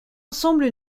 ensemble